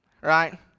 right